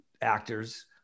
Actors